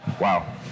wow